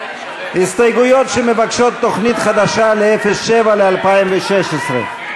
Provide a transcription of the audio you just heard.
הסתייגויות שמבקשות תוכנית חדשה בסעיף 07 ל-2016,